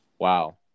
Wow